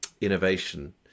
innovation